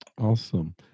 Awesome